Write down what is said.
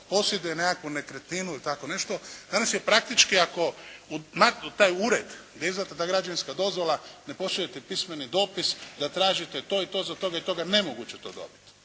posjeduje nekakvu nekretninu ili tako nešto, danas je praktički, ako maknu taj ured gdje je izdana ta građevinska dozvola, ne pošaljete pismeni dopis da tražite to i to za toga i toga, nemoguće to dobiti.